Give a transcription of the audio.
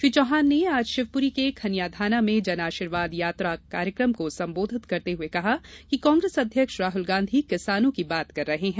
श्री चौहान ने आज शिवपूरी के खनियाधाना में जनआशीर्वाद यात्रा कार्यक्रम को संबोधित करते हुए कहा कि कांग्रेस अध्यक्ष राहुल गांधी किसानों की बात कर रहे है